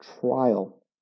trial